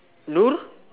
nurul